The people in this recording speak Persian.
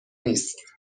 نیست